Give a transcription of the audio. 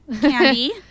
Candy